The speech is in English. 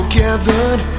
gathered